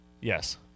Yes